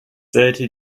sollte